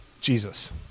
Jesus